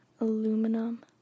aluminum